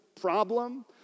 problem